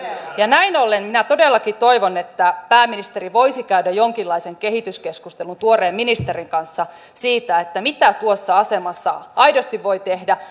näin ollen minä todellakin toivon että pääministeri voisi käydä jonkinlaisen kehityskeskustelun tuoreen ministerin kanssa siitä mitä tuossa asemassa aidosti voi tehdä